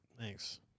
Thanks